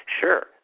sure